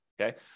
okay